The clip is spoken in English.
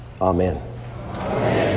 Amen